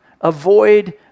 Avoid